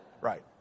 Right